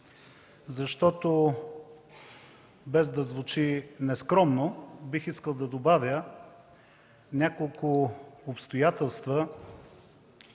защото без да звучи нескромно, бих искал да добавя няколко обстоятелства